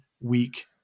week